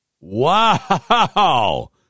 Wow